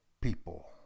people